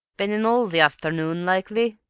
been in all the afternoon, likely?